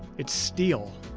it's steel.